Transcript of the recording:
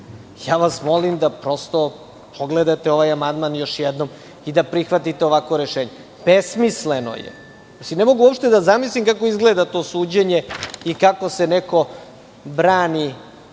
vas da prosto pogledate ovaj amandman još jednom i da prihvatite ovakvo rešenje. Besmisleno je, ne mogu uopšte da zamislim kako izgleda to suđenje i kako se neko brani